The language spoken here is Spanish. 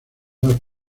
más